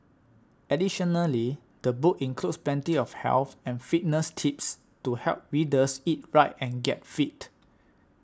additionally the book includes plenty of health and fitness tips to help readers eat right and get fit